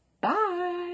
Bye